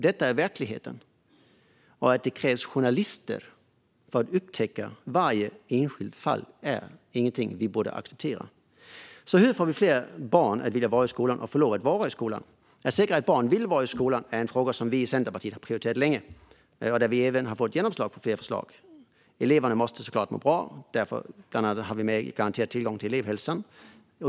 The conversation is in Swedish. Detta är verkligheten, och att det krävs journalister för att upptäcka varje enskilt fall är inget vi borde acceptera. Så hur får vi fler att vilja vara i skolan och få lov att vara i skolan? Att säkra att barn vill vara i skolan är en fråga som vi i Centerpartiet har prioriterat länge och där vi även fått genomslag för flera förslag. Eleverna måste såklart må bra, och därför ska tillgång till elevhälsa garanteras.